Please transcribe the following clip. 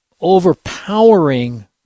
overpowering